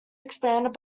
expanded